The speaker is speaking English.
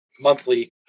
monthly